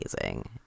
amazing